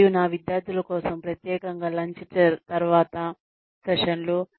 మరియు నా విద్యార్థుల కోసం ప్రత్యేకంగా లంచ్ చేరిన తర్వాత సెషన్లు